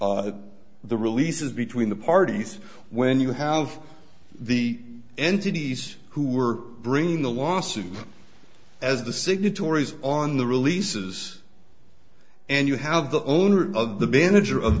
by the releases between the parties when you have the entities who were bringing the lawsuit as the signatories on the releases and you have the owner of the manager of